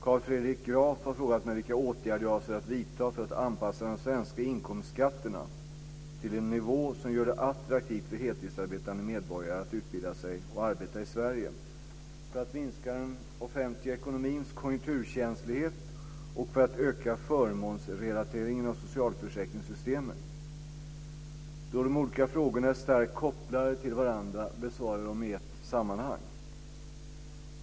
Carl Fredrik Graf har frågat mig vilka åtgärder jag avser att vidta för att anpassa de svenska inkomstskatterna till en nivå som gör det attraktivt för heltidsarbetande medborgare att utbilda sig och arbeta i Sverige, för att minska den offentliga ekonomins konjunkturkänslighet och för att öka förmånsrelateringen av socialförsäkringssystemen. Då de olika frågorna är starkt kopplade till varandra besvarar jag dem i ett sammanhang.